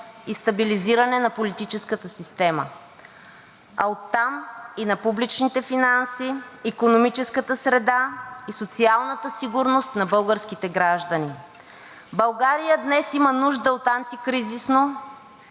и стабилизиране на политическата система, а оттам и на публичните финанси, икономическата среда и социалната сигурност на българските граждани. България днес има нужда от антикризисно